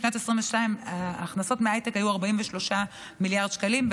בשנת 2022 הכנסות מהייטק היו 43 מיליארד שקלים,